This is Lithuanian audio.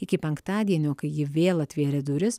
iki penktadienio kai ji vėl atvėrė duris